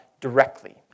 directly